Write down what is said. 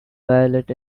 violet